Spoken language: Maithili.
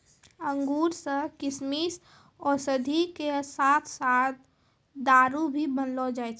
अंगूर सॅ किशमिश, औषधि के साथॅ साथॅ दारू भी बनैलो जाय छै